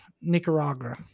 Nicaragua